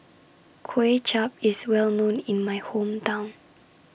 Kway Chap IS Well known in My Hometown